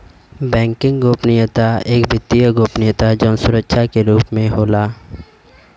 banking गोपनीयता एक वित्तीय गोपनीयता जौन सुरक्षा के रूप में होला